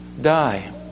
die